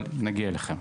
אבל אנחנו נגיע אליכם.